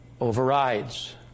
overrides